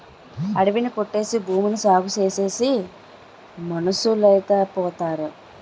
అడివి ని కొట్టేసి భూమిని సాగుచేసేసి మనుసులేటైపోతారో